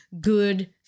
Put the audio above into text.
good